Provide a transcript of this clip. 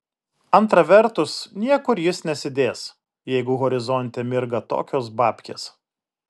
antra vertus niekur jis nesidės jeigu horizonte mirga tokios babkės